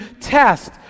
test